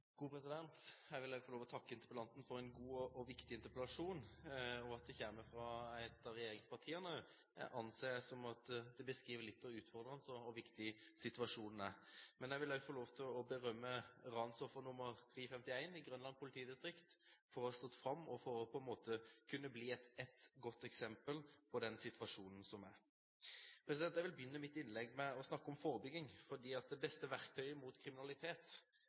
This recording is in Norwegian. Jeg vil også få lov til å takke interpellanten for en god og viktig interpellasjon. At den kommer fra et av regjeringspartiene, anser jeg beskriver litt hvor utfordrende og viktig situasjonen er. Men jeg vil også få lov til å berømme ransoffer nr. 351 i Grønland politidistrikt for å ha stått fram og på en måte kunne bli et godt eksempel på den situasjonen som er. Jeg vil begynne mitt innlegg med å snakke om forebygging, for det beste verktøyet mot kriminalitet